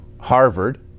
Harvard